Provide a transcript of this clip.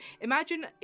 Imagine